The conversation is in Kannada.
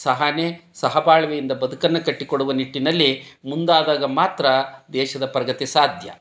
ಸಹನೆ ಸಹಬಾಳ್ವೆಯಿಂದ ಬದುಕನ್ನು ಕಟ್ಟಿಕೊಡುವ ನಿಟ್ಟಿನಲ್ಲಿ ಮುಂದಾದಾಗ ಮಾತ್ರ ದೇಶದ ಪ್ರಗತಿ ಸಾಧ್ಯ